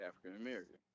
African-American